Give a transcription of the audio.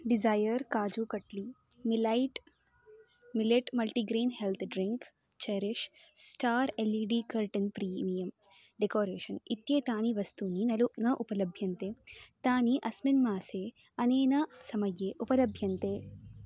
desire kaju katli millet millet multigrain health drink cherish star L E D curtain premium decoration इत्येतानि वस्तूनि नलु न उपलभ्यन्ते तानि अस्मिन् मासे अनेन समये उपलभ्यन्ते